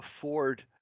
afford